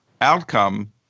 outcome